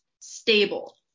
stable